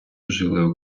жили